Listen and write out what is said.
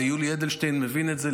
ויולי אדלשטיין מבין את זה.